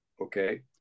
Okay